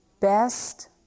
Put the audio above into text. best